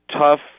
tough